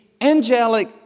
angelic